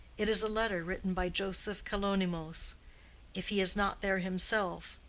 it is a letter written by joseph kalonymos if he is not there himself,